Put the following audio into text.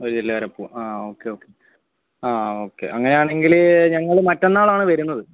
ഒരു ജില്ലവരെ പോവാം ആ ഓക്കെ ഓക്കെ ആ ഓക്കെ അങ്ങനെയാണെങ്കിൽ ഞങ്ങൾ മറ്റന്നാളാണ് വരുന്നത്